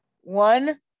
One